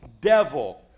devil